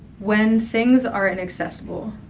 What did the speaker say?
when things are inaccessible,